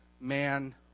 man